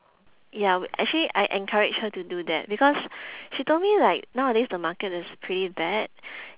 ya actually I encouraged her to do that because she told me like nowadays the market is pretty bad